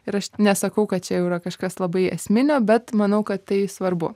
ir aš nesakau kad čia jau yra kažkas labai esminio bet manau kad tai svarbu